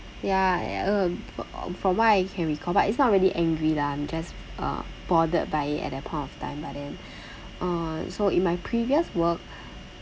ya uh fro~ from what I can recall but it's not really angry lah I'm just uh bothered by it at that point of time but then uh so in my previous work